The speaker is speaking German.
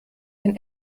ein